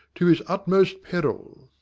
to his utmost peril.